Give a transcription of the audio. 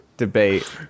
Debate